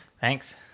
Thanks